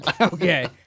Okay